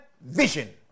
vision